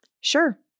Sure